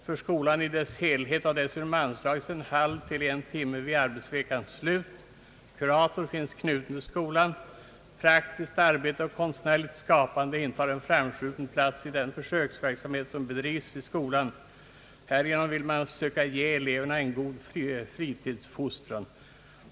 För skolan i dess helhet har dessutom anslagits en halv till en timme vid arbetsveckans slut. Kurator finns knuten till skolan. Praktiskt arbete och konstnärligt skapande intar en framskjuten plats i den försöksverksamhet som bedrivs vid skolan. Härigenom vill man försöka ge eleverna en god fritidsfostran.